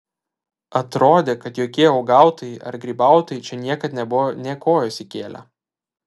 atrodė kad jokie uogautojai ar grybautojai čia niekad nebuvo nė kojos įkėlę